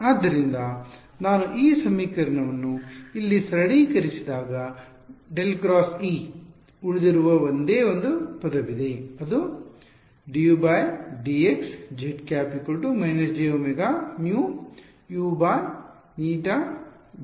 ಆದ್ದರಿಂದ ನಾನು ಈ ಸಮೀಕರಣವನ್ನು ಇಲ್ಲಿ ಸರಳೀಕರಿಸಿದಾಗ ∇× E ಉಳಿದಿರುವ ಒಂದೇ ಒಂದು ಪದವಿದೆ d dUdx zˆ − jωμUηzˆ